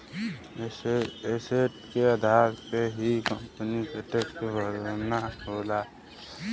asset के आधार पे ही कंपनी के टैक्स भरना होला